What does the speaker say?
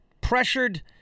pressured